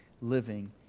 living